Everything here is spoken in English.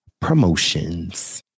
Promotions